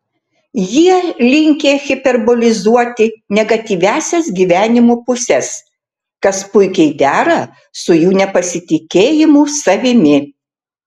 jie linkę hiperbolizuoti negatyviąsias gyvenimo puses kas puikiai dera su jų nepasitikėjimu savimi